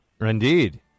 Indeed